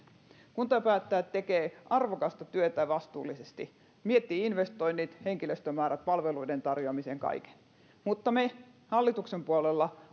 kuntapäättäjät tekevät arvokasta työtä vastuullisesti miettivät investoinnit henkilöstömäärät palveluiden tarjoamisen kaiken mutta me hallituksen puolella